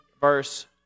verse